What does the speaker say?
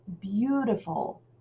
beautiful